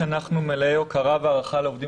שאנחנו מלאי הוקרה והערכה לעובדים